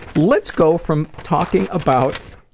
let's go from talking about.